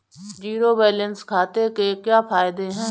Zero balance खाते के क्या फायदे हैं?